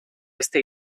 este